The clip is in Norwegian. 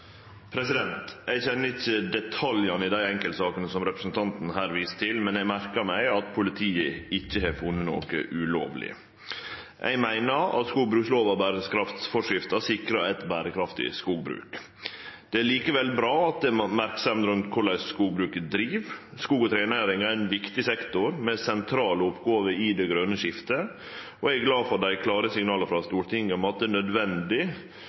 Eg kjenner ikkje detaljane i dei enkeltsakene som representanten her viser til, men eg merkar meg at politiet ikkje har funne noko ulovleg. Eg meiner at skogbrukslova og berekraftsforskrifta sikrar eit berekraftig skogbruk. Det er likevel bra at det er merksemd rundt korleis skogbruket vert drive. Skog- og trenæringa er ein viktig sektor med sentrale oppgåver i det grøne skiftet, og eg er glad for dei klare signala frå Stortinget om at det er nødvendig